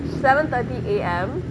seven thirty A_M